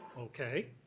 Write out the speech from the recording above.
okay.